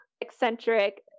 eccentric